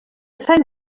sant